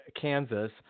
Kansas